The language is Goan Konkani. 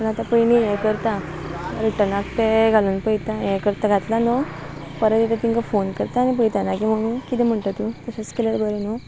पू आतां पयली्ही हें करता रिटर्नाक तें घालून पयता हें करता घातला न्हू परत तेंकां फोन करता आनी पयता माी म्हू किदें म्हणटा तूं तशेंच केल्यार बरें न्हू